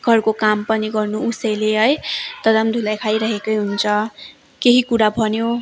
घरको काम पनि गर्नु उसैले है तर पनि धुलाई खाइरहेकै हुन्छ केही कुरा भन्यो